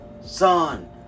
Son